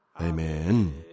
Amen